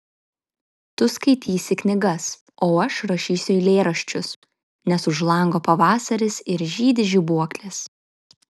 tu skaitysi knygas o aš rašysiu eilėraščius nes už lango pavasaris ir žydi žibuoklės